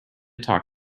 talk